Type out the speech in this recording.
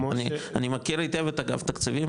אני מכיר היטב את אגף תקציבים,